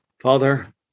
Father